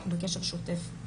אנחנו בקשר שוטף.